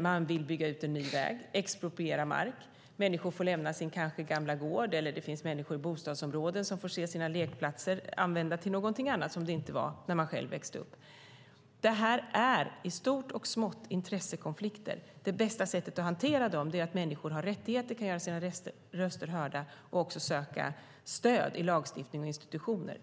Man vill bygga en ny väg och expropriera mark, och människor får lämna sin gamla gård eller får se sina lekplatser i bostadsområdena användas till någonting annat än det var när man växte upp. Det här är i stort och smått intressekonflikter. Det bästa sättet att hantera dem är att människor har rättigheter, kan göra sina röster hörda och kan söka stöd i lagstiftning och institutioner.